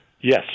Yes